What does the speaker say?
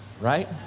right